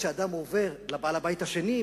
כשהאדם עובר לבעל הבית השני,